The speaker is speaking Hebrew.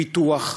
ביטוח,